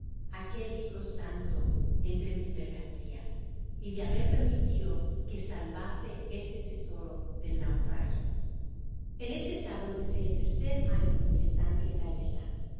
aquel libro santo entre mis mercancias y de haber permitido que salvase ese tesoro del naufragio en este estado empecé el tercer año de mi estancia es la isla